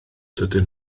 dydyn